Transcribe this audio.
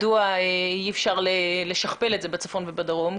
מדוע אי אפשר לשכפל את זה בצפון ובדרום.